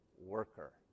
Worker